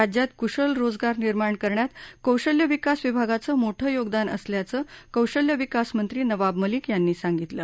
राज्यात कुशल रोजगार निर्माण करण्यात कौशल्य विकास विभागाचं मोठं योगदान असल्याचं कौशल्य विकास मंत्री नवाब मलिक यांनी सांगितलं